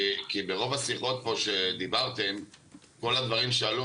כי ברוב השיחות פה שדיברתם כל הדברים שעלו,